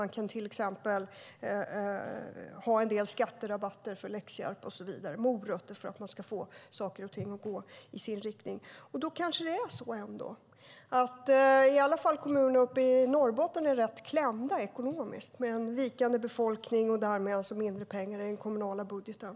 Man kan till exempel ge skatterabatt för läxhjälp och så vidare - morötter för att få saker och ting att gå i den riktning man vill. Åtminstone kommunerna i Norrbotten är ekonomiskt klämda med en vikande befolkning och därmed mindre pengar i den kommunala budgeten.